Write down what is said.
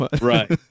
Right